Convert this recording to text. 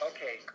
Okay